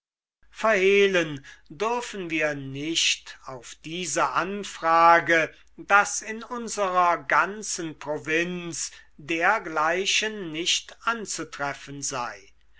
verhehlen dürfen wir nicht auf diese anfrage daß in unserer ganzen provinz dergleichen nicht anzutreffen sei